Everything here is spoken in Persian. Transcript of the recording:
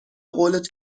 قولت